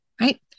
Right